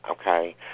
Okay